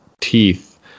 teeth